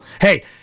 Hey